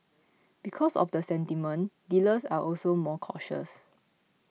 because of the sentiment dealers are also more cautious